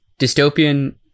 dystopian